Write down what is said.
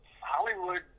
Hollywood